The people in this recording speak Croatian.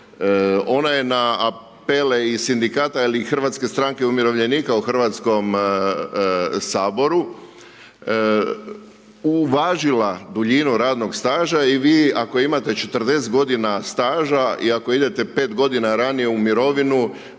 ona je na apele Sindikata i Hrvatske stranke umirovljenika u HS-u uvažila duljinu radnog staža i vi ako imate 40 godina staža i ako idete 5 godina ranije u mirovinu,